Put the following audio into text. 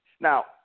Now